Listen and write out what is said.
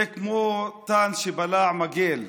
זה כמו תן שבלע, לאן